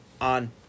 on